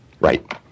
Right